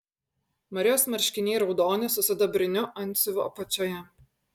marijos marškiniai raudoni su sidabriniu antsiuvu apačioje